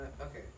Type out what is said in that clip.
Okay